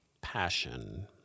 passion